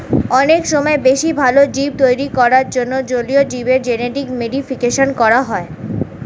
অনেক সময় বেশি ভালো জীব তৈরী করার জন্যে জলীয় জীবের জেনেটিক মডিফিকেশন করা হয়